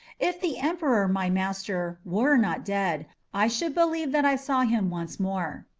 if the emperor, my master, were not dead, i should believe that i saw him once more.